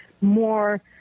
more